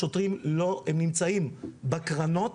השוטרים נמצאים בקרנות,